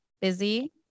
Busy